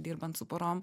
dirbant su porom